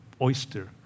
oyster